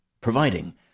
providing